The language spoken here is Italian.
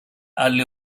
alle